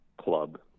club